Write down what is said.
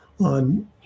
on